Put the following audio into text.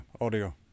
audio